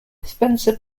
spencer